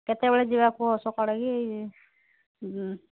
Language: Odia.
କେତେବେଳେ ଯିବା କୁୁହ ସକାଳେ କି